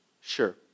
Sure